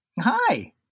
Hi